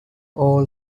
all